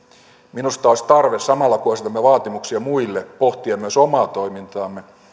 minusta olisi tarve samalla kun esitämme vaatimuksia muille pohtia myös omaa toimintaamme